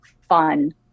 fun